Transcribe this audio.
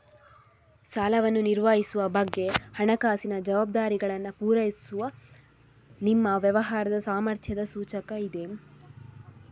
ಸಾಲವನ್ನು ನಿರ್ವಹಿಸುವ ಬಗ್ಗೆ ಹಣಕಾಸಿನ ಜವಾಬ್ದಾರಿಗಳನ್ನ ಪೂರೈಸುವ ನಿಮ್ಮ ವ್ಯವಹಾರದ ಸಾಮರ್ಥ್ಯದ ಸೂಚಕ ಇದೆ